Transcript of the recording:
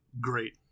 great